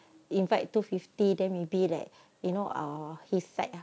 invite two fifty then maybe like you know uh his side ah